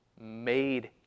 made